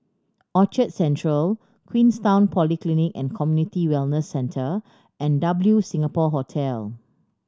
Orchard Central Queenstown Polyclinic and Community Wellness Centre and W Singapore Hotel